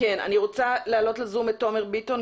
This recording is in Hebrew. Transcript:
אני רוצה להעלות לזום את תומר ביטון,